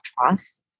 trust